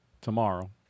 tomorrow